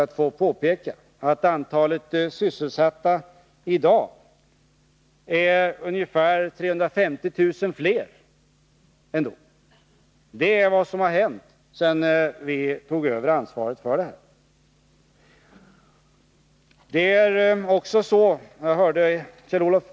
Får jag påpeka att antalet sysselsatta i dag är ungefär 350 000 fler än 1972. Vad som har hänt sedan vi tog över ansvaret för regeringspolitiken är alltså att antalet sysselsatta har fortsatt att öka fram till nu.